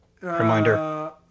reminder